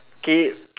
K